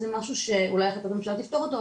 זה משהו שאולי החלטת ממשלה תפתור אותו,